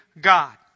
God